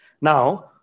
Now